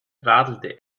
radelte